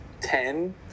ten